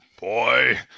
boy